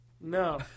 No